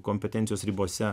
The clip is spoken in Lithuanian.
kompetencijos ribose